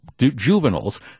juveniles